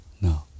no